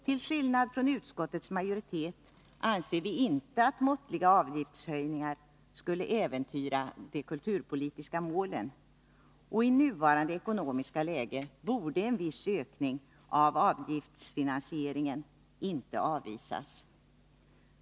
Till skillnad från utskottets majoritet anser vi inte att måttliga avgiftshöjningar skulle äventyra de kulturpolitiska målen, och i nuvarande ekonomiska läge borde en viss ökning av avgiftsfinansieringen inte avvisas.